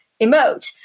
emote